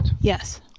Yes